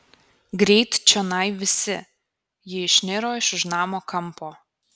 greit čionai visi ji išniro iš už namo kampo